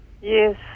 yes